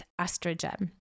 estrogen